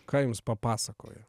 ką jums papasakojo